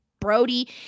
Brody